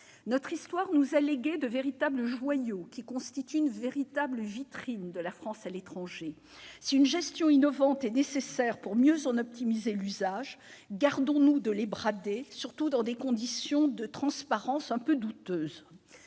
Notre histoire nous a légué de véritables joyaux qui constituent une véritable vitrine de la France à l'étranger : si une gestion innovante est nécessaire pour mieux en optimiser l'usage, gardons-nous de les brader, surtout dans des conditions de transparence douteuses.